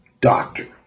doctor